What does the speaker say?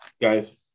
guys